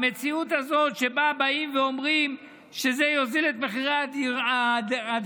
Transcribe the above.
המציאות הזאת שבאים ואומרים שזה יוריד את מחירי הדירות,